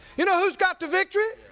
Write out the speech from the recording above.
you know who's got the victory?